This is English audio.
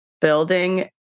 building